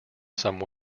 some